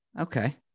Okay